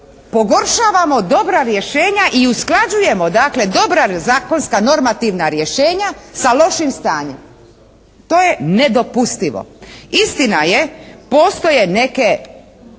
pogoršavamo dobra rješenja i usklađujemo dakle dobra zakonska normativna rješenja sa lošim stanjem. To je nedopustivo. Istina je postoje neke